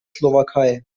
slowakei